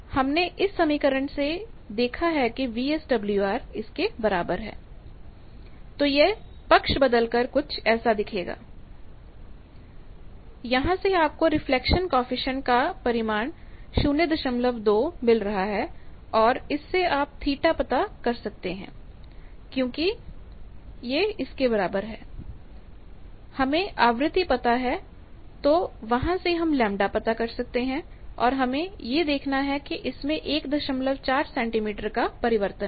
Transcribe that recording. हमने इस समीकरण से देखा है कि वीएसडब्ल्यूआर इसके बराबर है तो यह पक्ष बदलकर ऐसा होगा यहां से आपको रिफ्लेक्शन कॉएफिशिएंट का परिमाण 02 मिल रहा है और इससे आप थीटा पता कर सकते हैं क्योंकि β 2 π λ हमें आवृत्ति पता है तो वहां से हम लैम्ब्डा λ पता कर सकते हैं और हमें यह देखना है इसमें 14 सेंटीमीटर का परिवर्तन है